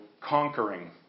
conquering